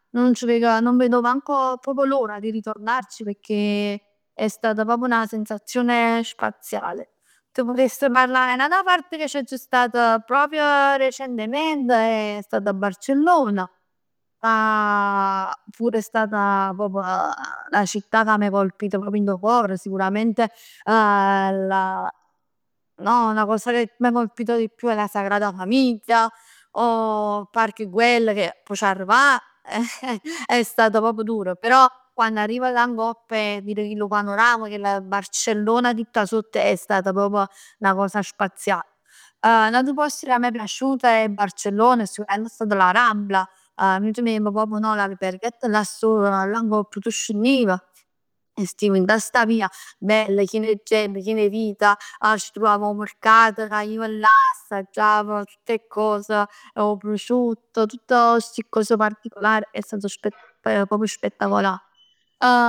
Nun c' veg, nun veg manco l'ora di ritornarci pecchè è stata proprio 'na sensazione spaziale. T'putess parlà 'e n'ata part che c'aggio stato proprj recentement, è stato Barcellona. Ca pur è stat proprj 'na città che m'ha colpito proprio dint 'o core. Sicuramente la no? La cosa che mi ha colpito di più è la Sagrada Familia, o Parc Guell, che p' c'arrivà è stata proprj dura, però quann arriv là ngopp e vir chillu panoram, Barcellona tutta sott è stata proprj 'na cosa spazial. N'atu post ca m'è piaciut 'e Barcellona, sicuramente è stata la Rambla. Nuje teniemm proprj no, l'alberghetto là sopra, ca tu scenniv e stiv dint 'a sta via, bella chien 'e gent, chien 'e vita, c' truvammero 'o mercato ca tu jev là, assaggiav tutt 'e cose, 'o prosciutto. Tutto sti cos particolari, nel senso spettacol proprj spettacolar.